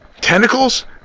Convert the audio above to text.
Tentacles